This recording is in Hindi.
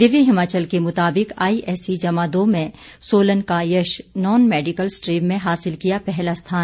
दिव्य हिमाचल के मुताबिक आईएसई जमा दो में सोलन का यश नॉन मेडिकल स्ट्रीम में हासिल किया पहला स्थान